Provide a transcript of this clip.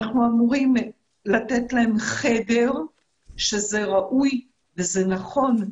אנחנו אמורים לתת להם חדר שזה ראוי וזה נכון,